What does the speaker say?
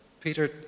Peter